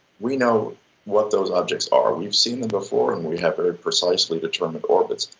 we know what those objects are, we've seen them before and we have very precisely determined orbits.